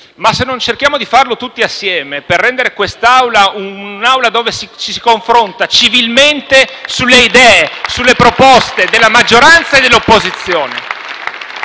dobbiamo cercare di farlo tutti insieme, per rendere quest'Aula un luogo dove ci si confronta civilmente sulle idee e sulle proposte della maggioranza e dell'opposizione,